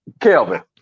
Kelvin